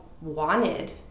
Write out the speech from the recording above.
wanted